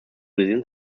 within